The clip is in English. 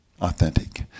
Authentic